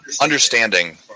understanding